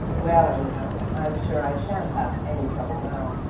well, anyhow i'm sure i shan't have any trouble now.